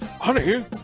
Honey